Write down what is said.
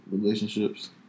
relationships